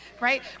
right